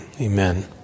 Amen